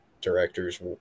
directors